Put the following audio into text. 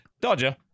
dodger